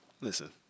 Listen